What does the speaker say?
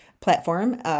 platform